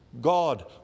God